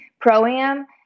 pro-am